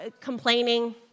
complaining